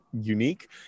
unique